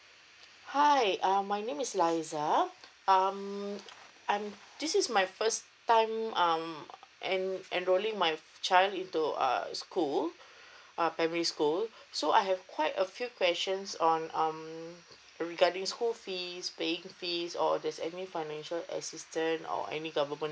hi uh my name is liza um um this is my first time um and enrolling my child into a school primary school so I have quite a few questions on um regarding school fee paying fees or there's any financial assistance or any government